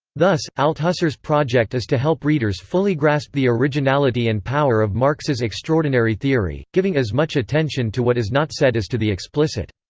thus, althusser's project is to help readers fully grasp the originality and power of marx's extraordinary theory, giving as much attention to what is not said as to the explicit.